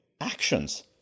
actions